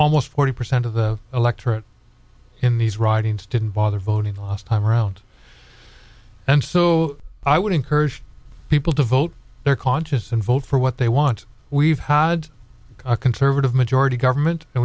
almost forty percent of the electorate in these ridings didn't bother voting last time around and so i would encourage people to vote their conscience and vote for what they want we've had a conservative majority government and